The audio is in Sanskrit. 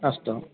अस्तु